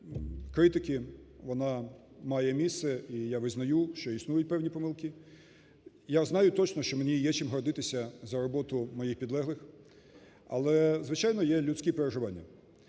критики, вона має місце, і я визнаю, що існують певні помилки. Я знаю точно, що мені є чим гордитися за роботу моїх підлеглих, але, звичайно, є людські переживання.